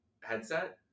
headset